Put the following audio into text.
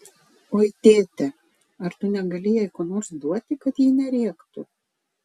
oi tėte ar tu negali jai ko nors duoti kad ji nerėktų